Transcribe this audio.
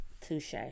Touche